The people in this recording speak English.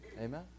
Amen